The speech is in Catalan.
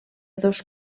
dos